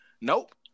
nope